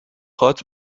هات